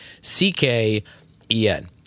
C-K-E-N